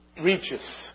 reaches